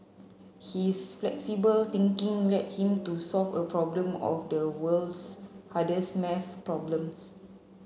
his flexible thinking led him to solve a problem of the world's hardest maths problems